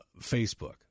Facebook